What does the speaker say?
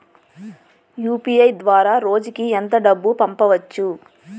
UPI ద్వారా రోజుకి ఎంత డబ్బు పంపవచ్చు?